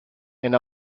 and